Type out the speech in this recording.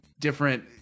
different